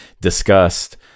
discussed